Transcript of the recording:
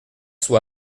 soit